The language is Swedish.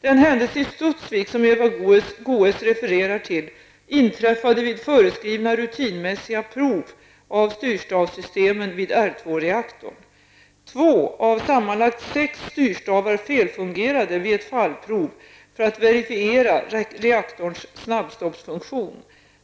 Den händelse i Studsvik som Eva Goe s refererar till inträffade vid föreskrivna rutinmässiga prov av styrstavssystemen vid R2-reaktorn. Två av sammanlagt sex styrstavar felfungerade vid ett fallprov för att verifiera reaktorns snabbstoppsfunktion.